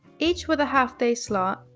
each with a half-day slot.